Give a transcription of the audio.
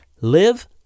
live